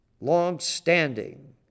long-standing